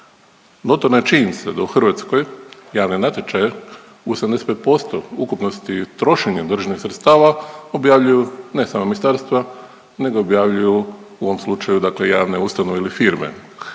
Notorna je činjenica da u Hrvatskoj javne natječaje u 85% ukupnosti trošenja državnih sredstava objavljuju ne samo ministarstva, nego objavljuju u ovom slučaju, dakle javne ustanove ili firme.